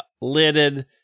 lidded